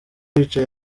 wicaye